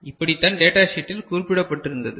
இப்படித்தான் டேட்டா ஷீட்டில் குறிப்பிடப்பட்டிருந்தது